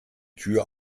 tür